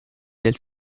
del